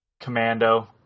Commando